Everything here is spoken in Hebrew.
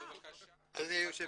בבקשה בקיצור.